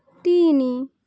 ତିନି